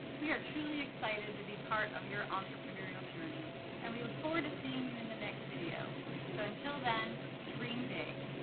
we are truly excited to be part of your entrepreneurial journey and we look forward to seeing you in the next video so until then dream big.